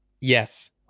Yes